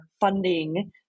funding